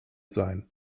sein